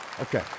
Okay